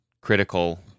critical